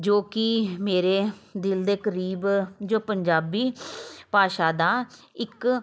ਜੋ ਕਿ ਮੇਰੇ ਦਿਲ ਦੇ ਕਰੀਬ ਜੋ ਪੰਜਾਬੀ ਭਾਸ਼ਾ ਦਾ ਇੱਕ